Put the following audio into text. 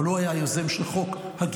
אבל הוא היה היוזם של חוק הגיוס.